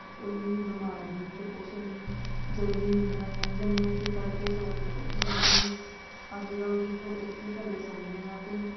ਕੋਈ ਬਿਮਾਰੀ ਨਹੀਂ ਕੋਈ ਕੁਛ ਨਹੀਂ ਜਲਦੀ ਨੀਂਦਰਾਂ ਖੁੱਲ੍ਹ ਜਾਂਦੀਆਂ ਸੀ ਤੜਕੇ ਸੁਵਖਤੇ ਉੱਠ ਜਾਂਦੇ ਸੀ ਅੱਜ ਕੱਲ੍ਹ ਦੇਖੋ ਏਸੀ ਥੱਲੇ ਸੋਂਦੇ ਹਾਂ ਅਤੇ